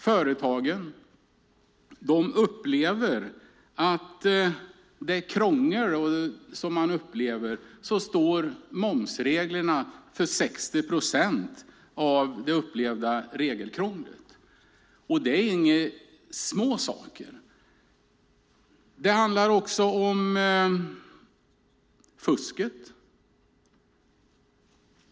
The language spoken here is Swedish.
Företagen upplever att momsreglerna står för 60 procent av regelkrånglet. Det är inga små saker. Det handlar också om fusket.